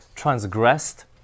transgressed